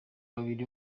babiri